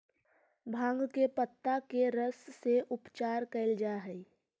भाँग के पतत्ता के रस से उपचार कैल जा हइ